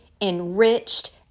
enriched